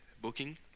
booking